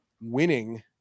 winning